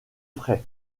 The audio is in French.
frey